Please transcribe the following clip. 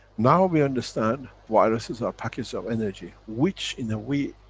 now we understand viruses are packets of energy which in a way,